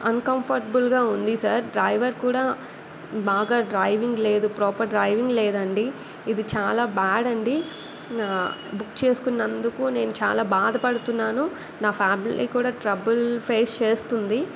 అన్కంఫర్టబుల్గా ఉంది sir driver కూడా బాగా డ్రైవింగ్ లేదు ప్రోపర్ డ్రైవింగ్ లేదండి ఇది చాలా బ్యాడ్ అండి బుక్ చేసుకున్నందుకు నేను చాలా బాధపడుతున్నాను నా ఫ్యామిలీ కూడా ట్రబుల్ ఫేస్ చేస్తుంది